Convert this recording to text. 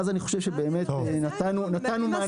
אז אני חושב שבאמת נתנו גם מענה.